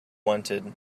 wanted